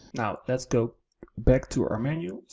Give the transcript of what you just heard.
now let's go back to our menu,